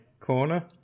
corner